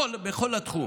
בכל תחום,